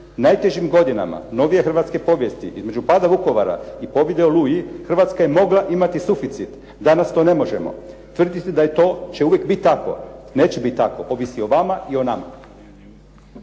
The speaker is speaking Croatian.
najtežim godinama novije hrvatske povijesti između pada Vukovara i pobjede u "Oluji" Hrvatska je mogla imati suficit. Danas to ne možemo. Tvrditi da je to će uvijek biti tako. Neće biti tako. Ovisi o vama i o nama.